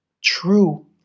true